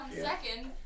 second